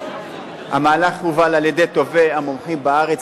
המהלך הובל על-ידי טובי המומחים בארץ,